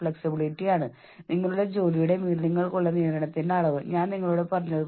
സമ്മർദ്ദത്തെ കുറിച്ചുള്ള നമ്മുടെ ധാരണ നമ്മുടെ നിയന്ത്രണത്തിലാണെന്ന് ഞാൻ മനസ്സിലാക്കി